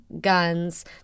guns